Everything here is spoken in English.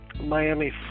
Miami